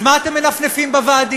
אז מה אתם מנפנפים בוועדים?